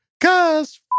Cause